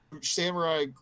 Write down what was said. samurai